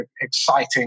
exciting